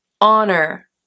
honor